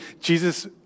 Jesus